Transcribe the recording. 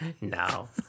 No